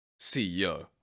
CEO